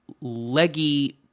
leggy